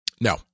No